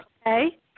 okay